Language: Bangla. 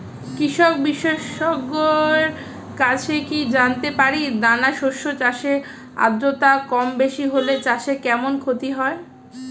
কৃষক বিশেষজ্ঞের কাছে কি জানতে পারি দানা শস্য চাষে আদ্রতা কমবেশি হলে চাষে কেমন ক্ষতি হয়?